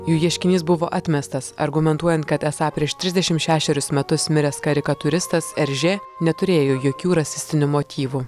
jų ieškinys buvo atmestas argumentuojant kad esą prieš trisdešimt šešerius metus miręs karikatūristas eržė neturėjo jokių rasistinių motyvų